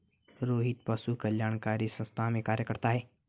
रोहित पशु कल्याणकारी संस्थान में कार्य करता है